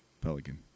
Pelican